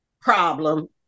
problem